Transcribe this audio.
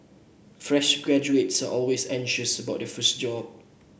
fresh graduates are always anxious about their first job